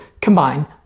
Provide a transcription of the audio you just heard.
combine